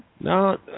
No